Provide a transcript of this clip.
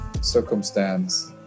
circumstance